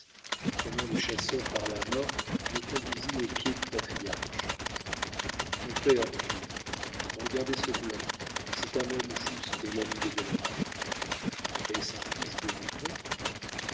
prenant le chasseur par la main le conduisit aux pieds du patriarche mon père dit-il regardez ce blanc c'est un homme juste et l'ami des delawares est-ce un fils de